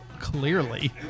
Clearly